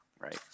Right